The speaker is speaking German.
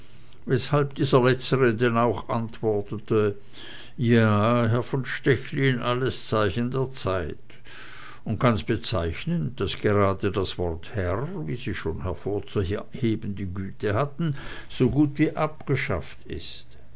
weshalb dieser letztere denn auch antwortete ja herr von stechlin alles zeichen der zeit und ganz bezeichnend daß gerade das wort herr wie sie schon hervorzuheben die güte hatten so gut wie abgeschafft ist